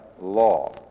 law